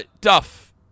Duff